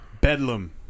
Bedlam